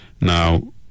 Now